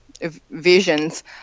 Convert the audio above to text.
visions